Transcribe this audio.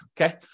okay